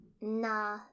Nah